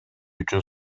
үчүн